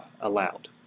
allowed